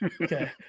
okay